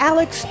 Alex